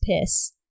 piss